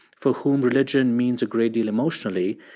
for whom religion means a great deal emotionally,